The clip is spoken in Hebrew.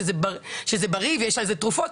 שזה בריא ושזה משמש כתרופות,